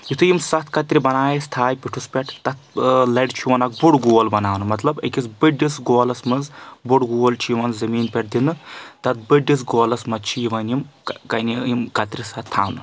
یِتھُے یم سَتھ کَترِ بنایہِ أسۍ تھایہِ پٹھُس پؠٹھ تتھ لڑِ چھُ یِوان اکھ بوٚڑ گول بناونہٕ مطلب أکِس بٔڑِس گولس منٛز بوٚڑ گول چھُ یِوان زمیٖن پؠٹھ دِنہٕ تَتھ بٔڑِس گولس منٛز چھِ یِوان یِم کَنہِ یِم قطرِ سَتھ تھاونہٕ